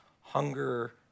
hunger